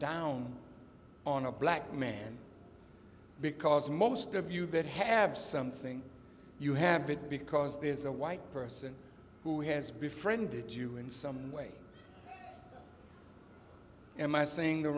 down on a black man because most of you that have something you have it because there is a white person who has befriended you in some way am i saying the